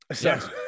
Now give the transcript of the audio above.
Yes